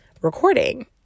recording